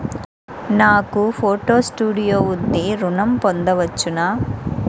నాకు photo studio ఉంది ఋణం పొంద వచ్చునా?